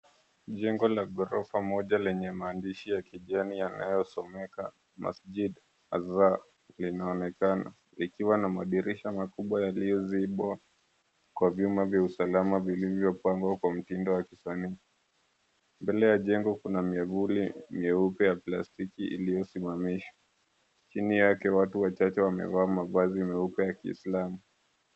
Jengo la ghorofa moja lenye maandishi ya kijani yanayosomeka Masjid Azar. Linaonekana likiwa na madirisha makubwa yaliyozibwa kwa vyuma vya usalama vilivyopangwa kwa mtindo wa kisanii. Mbele ya jengo kuna miavuli meupe ya plastiki iliyosimamishwa chini yake watu wachache wamevaa mavazi meupe ya kiislamu.